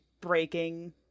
breaking